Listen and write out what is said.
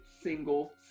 single